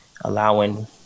allowing